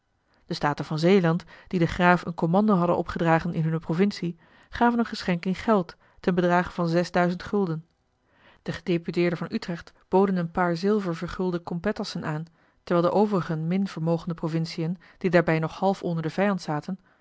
de staten van zeeland die den graaf een commando hadden opgedragen in hunne provincie gaven een geschenk in geld ten bedrage van zesduizend gulden de gedeputeerden van utrecht boden een paar zilver vergulde competassen aan terwijl de overigen min vermogende provinciën die daarbij nog half onder den vijand zaten